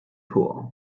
pool